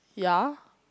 ya